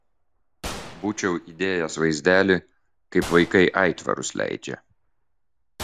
būčiau įdėjęs vaizdelį kaip vaikai aitvarus leidžia